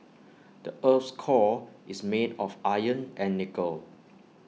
the Earth's core is made of iron and nickel